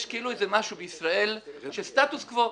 יש כאילו איזה משהו בישראל של סטטוס קוו,